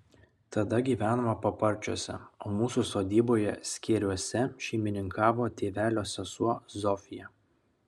tada gyvenome paparčiuose o mūsų sodyboje skėriuose šeimininkavo tėvelio sesuo zofija